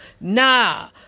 Nah